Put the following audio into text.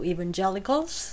Evangelicals